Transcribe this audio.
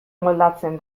moldatzen